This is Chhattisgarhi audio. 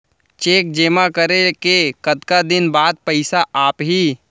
चेक जेमा करें के कतका दिन बाद पइसा आप ही?